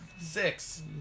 six